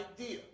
idea